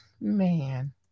Man